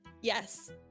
Yes